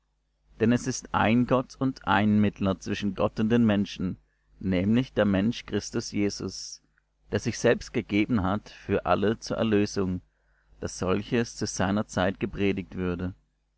denn es ist ein gott und ein mittler zwischen gott und den menschen nämlich der mensch christus jesus der sich selbst gegeben hat für alle zur erlösung daß solches zu seiner zeit gepredigt würde